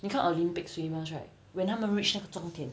你看 olympics swimmers right when 他们 reach 那个终点